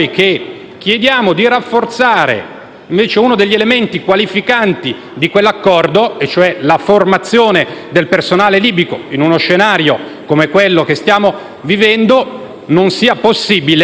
chiediamo di rafforzare uno degli elementi qualificanti di quell'accordo e, cioè la formazione del personale libico in un scenario come quello che stiamo vivendo, non sia possibile